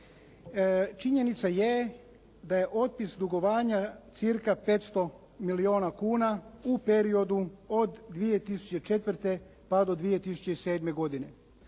činjenica je da je otpis dugovanja cca 500 milijuna kuna u periodu od 2004. pa do 2007. godine.